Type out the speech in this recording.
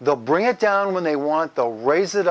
they'll bring it down when they want they'll raise it